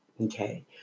Okay